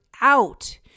out